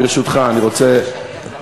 אני רוצה,